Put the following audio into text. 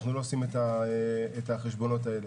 אנחנו לא עושים את החשבונות האלה.